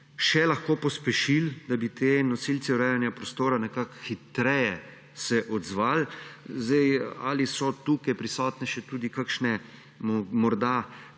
še lahko pospešili, da bi se ti nosilci urejanja prostora nekako hitreje odzvali? Ali so tukaj prisotne še tudi morda